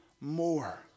more